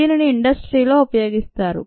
దీనిని ఇండస్ట్రీలో ఉపయోగిస్తారు